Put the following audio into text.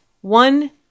one